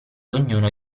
ognuno